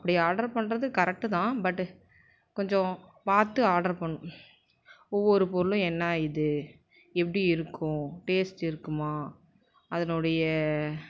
அப்படி ஆர்டர் பண்ணுறது கரெட்டு தான் பட்டு கொஞ்சம் பார்த்து ஆர்டர் பண் ஒவ்வொரு பொருளும் என்ன இது எப்படி இருக்கும் டேஸ்ட் இருக்குமா அதனுடைய